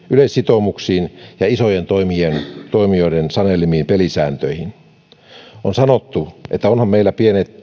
yleissitoumuksiin ja isojen toimijoiden toimijoiden sanelemiin pelisääntöihin on sanottu että onhan meillä